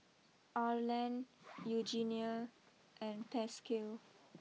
Arland Eugenia and Pasquale